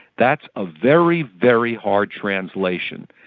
that's a very, very hard translation.